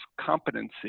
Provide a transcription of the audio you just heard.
competency